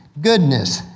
goodness